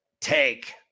take